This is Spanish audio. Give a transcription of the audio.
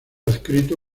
adscrito